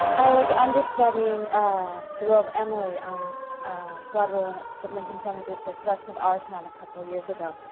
i was understudying the role of emily on broadway when ah the lincoln center did the production of our town a couple of years ago.